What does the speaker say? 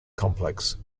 complex